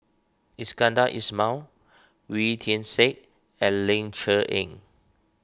Iskandar Ismail Wee Tian Siak and Ling Cher Eng